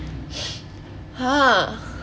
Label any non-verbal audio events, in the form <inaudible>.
<breath> !huh!